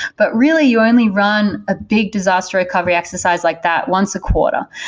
but really, you only run a big disaster recovery exercise like that once a quarter,